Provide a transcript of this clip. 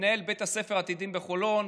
מנהל בית הספר עתידים בחולון,